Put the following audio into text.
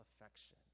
affection